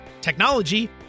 technology